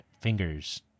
fingers